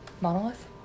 Monolith